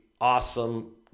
awesome